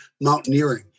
mountaineering